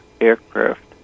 aircraft